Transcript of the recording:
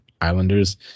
Islanders